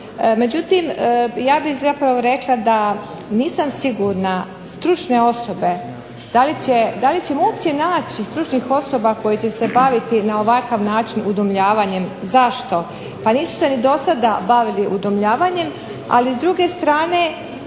Međutim, ja bih rekla da nisam sigurna, stručne osobe da li ćemo uopće naći stručnih osoba koje će se baviti na ovakav način udomljavanjem. Zašto? Pa nisu se ni do sada bavili udomljavanjem. A s druge strane